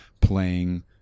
playing